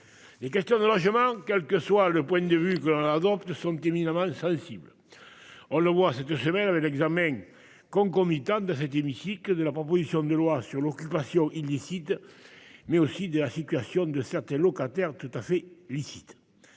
Les questions de logement, quel que soit le point de vue qu'on adopte son petit éminemment sensible. On le voit cette semaine avec l'examen concomitante de cet hémicycle de la proposition de loi sur l'occupation illicite mais aussi de la situation de certains locataires. Tout à fait licite.